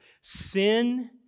Sin